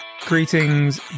Greetings